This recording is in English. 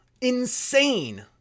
Insane